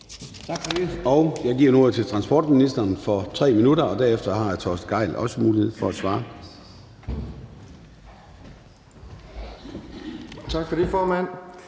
Jeg giver nu ordet til transportministeren for 3 minutter, og derefter har hr. Torsten Gejl også mulighed for at svare.